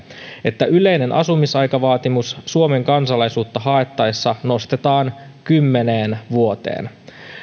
että yleinen asumisaikavaatimus suomen kansalaisuutta haettaessa nostetaan kymmeneen vuoteen